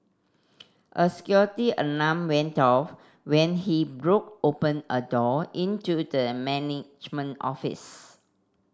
a security alarm went off when he broke open a door into the management office